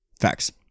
Facts